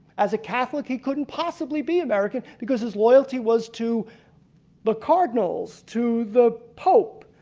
as a catholic he couldn't possibly be american because his loyalty was to the cardinals, to the pope.